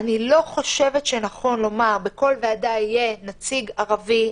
אני לא חושבת שנכון לומר שבכל ועדה יהיו נציג ערבי,